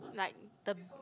like the